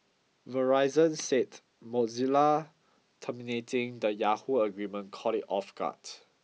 Verizon said Mozilla terminating the Yahoo agreement caught it off guard